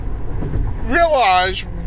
realize